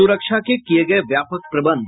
सुरक्षा के किये गये व्यापक प्रबंध